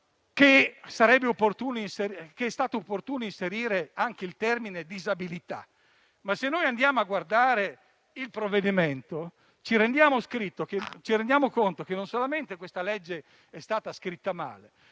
che è stato opportuno inserire il termine "disabilità". Ma, se noi andiamo a guardare il provvedimento, ci rendiamo conto non solamente che questa legge è stata scritta male,